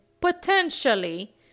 potentially